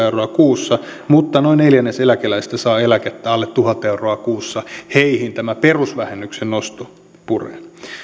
euroa kuussa mutta noin neljännes eläkeläisistä saa eläkettä alle tuhat euroa kuussa heihin tämä perusvähennyksen nosto puree